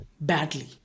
badly